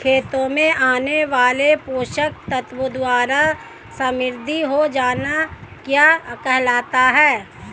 खेतों में आने वाले पोषक तत्वों द्वारा समृद्धि हो जाना क्या कहलाता है?